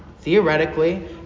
theoretically